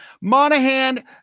Monahan